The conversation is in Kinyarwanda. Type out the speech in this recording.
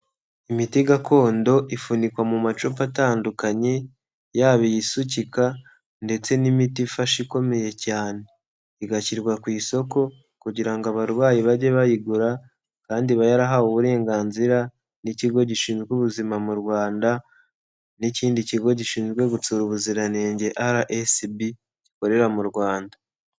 Imiti gakondo ifunikwa mu macupa atandukanye, yaba iyisukika ndetse n'imiti ifash ikomeye cyane. Igashyirwa ku isoko kugira ngo abarwayi bajye bayigura kandi iba yarahawe uburenganzira n'Ikigo Gishinzwe Ubuzima mu Rwanda n'ikindi Kigo Gishinzwe Gutsura Ubuziranenge RSB gikorera mu Rwanda.